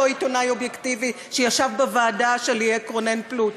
אותו עיתונאי אובייקטיבי שישב בוועדה שליהק רונן פלוט.